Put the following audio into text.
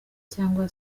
cyangwa